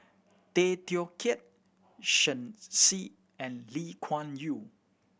Tay Teow Kiat Shen Xi and Lee Kuan Yew